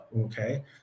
Okay